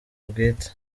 bwite